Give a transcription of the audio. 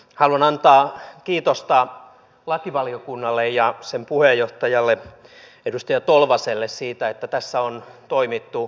haluan antaa kiitosta lakivaliokunnalle ja sen puheenjohtajalle edustaja tolvaselle siitä että tässä on toimittu hyvin